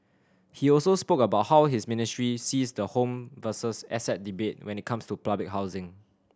he also spoke about how his ministry sees the home versus asset debate when it comes to public housing